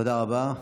תודה רבה.